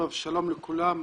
שלום לכולם.